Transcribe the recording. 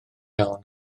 iawn